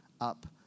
up